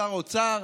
שר האוצר.